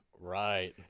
Right